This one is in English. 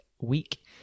week